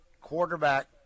quarterback